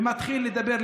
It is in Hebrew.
הוא מתחיל לדבר,